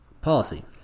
policy